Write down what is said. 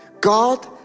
God